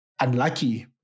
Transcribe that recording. unlucky